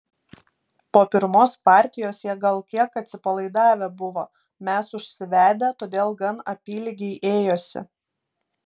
po pirmos partijos jie gal kiek atsipalaidavę buvo mes užsivedę todėl gan apylygiai ėjosi